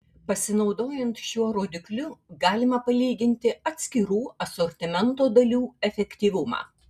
pasinaudojant šiuo rodikliu galima palyginti atskirų asortimento dalių efektyvumą